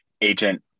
agent